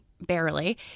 barely